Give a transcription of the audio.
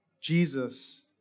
Jesus